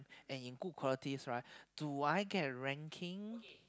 and in good quality right do I got ranking